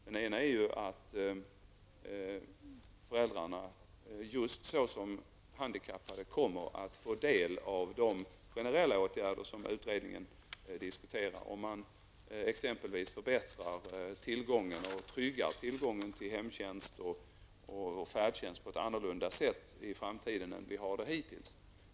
Den ena är att föräldrarna just såsom handikappade kommer att få del av de generella åtgärder som utredningen diskuterar, exempelvis att förbättra och trygga tillgången till hemtjänst och färdtjänst på ett annorlunda sätt i framtiden än vi hittills har haft.